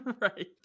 Right